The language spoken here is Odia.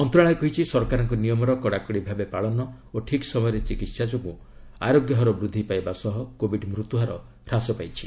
ମନ୍ତ୍ରଣାଳୟ କହିଛି ସରକାରଙ୍କ ନିୟମର କଡାକଡି ଭାବେ ପାଳନ ଓ ଠିକ୍ ସମୟରେ ଚିକିତ୍ସା ଯୋଗୁଁ ଆରୋଗ୍ୟ ହାର ବୃଦ୍ଧି ପାଇବା ସହ କୋବିଡ୍ ମୃତ୍ୟୁହାର ହ୍ରାସ ପାଇଛି